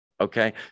okay